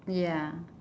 ya